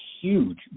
huge